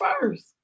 first